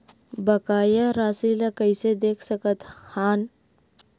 बकाया राशि ला कइसे देख सकत हान?